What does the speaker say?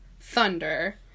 thunder